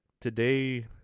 today